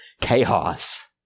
chaos